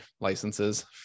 licenses